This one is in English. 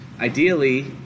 Ideally